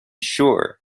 sure